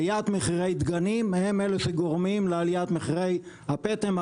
עליית מחירי הדגנים הם אלה שגורמים לעליית מחירי הפטם,